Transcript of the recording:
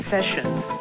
Sessions